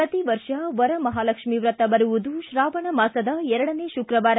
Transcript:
ಪ್ರತಿವರ್ಷ ವರಮಹಾಲಕ್ಷ್ಮೀ ವ್ರತ ಬರುವುದು ಶ್ರಾವಣಮಾಸದ ಎರಡನೆ ಶುಕ್ರವಾರ